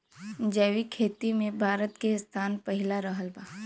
जैविक खेती मे भारत के स्थान पहिला रहल बा